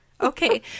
Okay